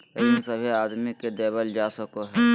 ऋण सभे आदमी के देवल जा सको हय